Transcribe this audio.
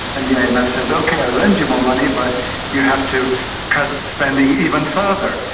and the yeah imf says ok i'll lend you more money but you have to cut spending even further.